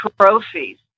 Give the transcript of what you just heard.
trophies